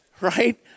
Right